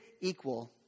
equal